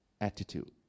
attitude